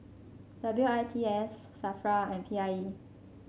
W I T S Safra and P I E